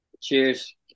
Cheers